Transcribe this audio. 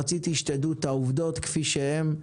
רציתי שתדעו את העובדות כפי שהן,